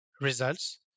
results